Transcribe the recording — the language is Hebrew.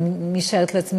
אני משערת לעצמי,